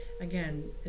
again